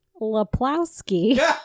Laplowski